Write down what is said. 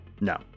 No